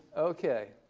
okay.